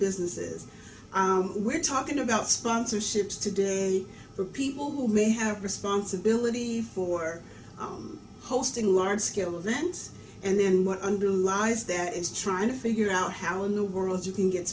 businesses we're talking about sponsorships today for people who may have responsibility for hosting large scale events and what underlies that is trying to figure out how in the world you can get